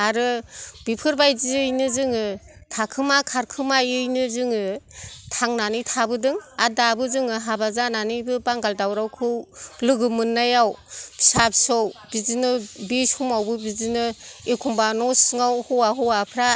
आरो बेफोरबायदिनो जोङो थाखोमा खारखोमायैनो जोङो थांनानै थाबोदों आरो दाबो जोंङो हाबा जानानैबो बांगाल दावरावखौ लोगो मोननायाव फिसा फिसौ बिदिनो बे समावबो बिदिनो एखमबा न' सिङाव हौवा हौवाफ्रा